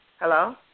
Hello